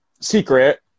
secret